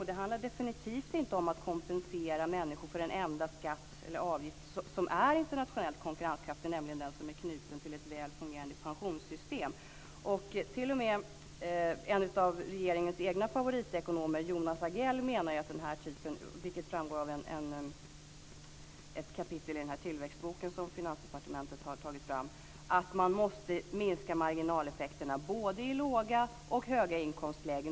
Det handlar definitivt inte om att kompensera människor för den enda avgift som är internationellt konkurrenskraftig, nämligen den som är knuten till ett väl fungerande pensionssystem. T.o.m. en av regeringens egna favoritekonomer, Jonas Agell, menar - vilket framgår av ett kapitel i den tillväxtbok som Finansdepartementet har tagit fram - att man måste minska marginaleffekterna i både låga och höga inkomstlägen.